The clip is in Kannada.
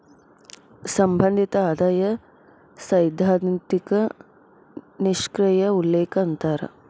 ಸಂಬಂಧಿತ ಆದಾಯ ಸೈದ್ಧಾಂತಿಕ ನಿಷ್ಕ್ರಿಯ ಉಲ್ಲೇಖ ಅಂತಾರ